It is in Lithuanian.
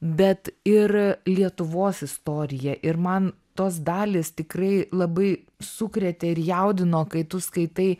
bet ir lietuvos istorija ir man tos dalys tikrai labai sukrėtė ir jaudino kai tu skaitai